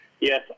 Yes